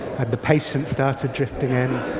and the patients started drifting in.